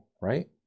right